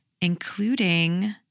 including